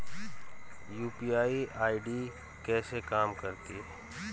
UPI ID कैसे काम करता है?